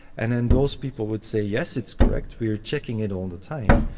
and then those people would say yes, it's correct, we are checking it all the time.